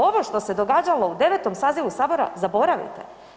Ovo što se događalo u 9. sazivu sabora zaboravite.